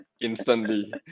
instantly